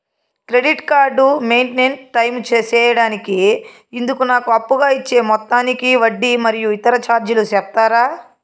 Credit card maintain time సేయడానికి ఇందుకు నాకు అప్పుగా ఇచ్చే మొత్తానికి వడ్డీ మరియు ఇతర చార్జీలు సెప్తారా?